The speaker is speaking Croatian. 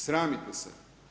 Sramite se.